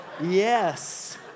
yes